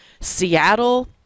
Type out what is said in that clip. Seattle